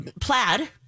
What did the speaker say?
Plaid